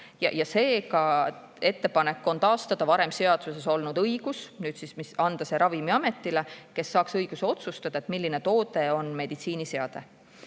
Seega, ettepanek on taastada varem seaduses olnud õigus ja anda see Ravimiametile, kes saaks siis õiguse otsustada, milline toode on meditsiiniseade.